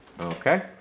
Okay